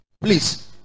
Please